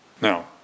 Now